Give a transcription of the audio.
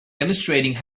demonstrating